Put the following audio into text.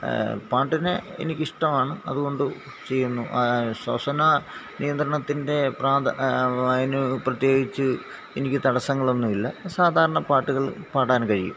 പാട്ടിനെ എനിക്ക് ഇഷ്ടമാണ് അതുകൊണ്ട് ചെയ്യുന്നു ശ്വസന നിയന്ത്രണത്തിൻറെ പ്രാധാ അതിന് പ്രത്യേകിച്ച് എനിക്ക് തടസങ്ങളൊന്നും ഇല്ല സാധാരണ പാട്ടുകൾ പാടാൻ കഴിയും